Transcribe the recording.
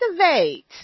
activate